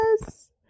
Yes